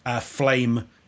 flame